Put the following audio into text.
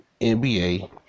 NBA